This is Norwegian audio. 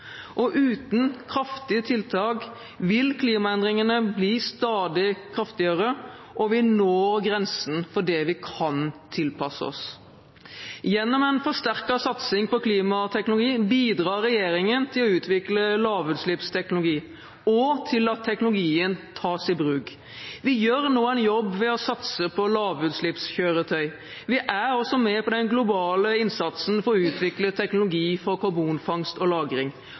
Uten kraftige tiltak vil klimaendringene bli stadig kraftigere, og vi når grensen for det vi kan tilpasse oss. Gjennom en forsterket satsing på klimateknologi bidrar regjeringen til å utvikle lavutslippsteknologi og til at teknologien tas i bruk. Vi gjør nå en jobb ved å satse på lavutslippskjøretøy. Vi er også med på den globale innsatsen for å utvikle teknologi for karbonfangst og